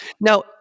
now